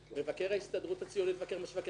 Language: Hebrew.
מבקר ההסתדרות הציונית מבקר מה שקורה בחטיבה.